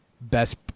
best